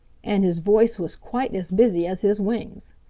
and his voice was quite as busy as his wings.